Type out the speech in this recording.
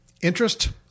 Interest